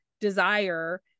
desire